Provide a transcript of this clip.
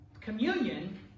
Communion